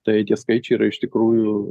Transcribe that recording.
tai tie skaičiai yra iš tikrųjų